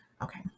Okay